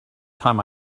time